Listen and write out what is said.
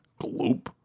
gloop